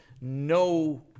no